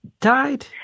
died